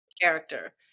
character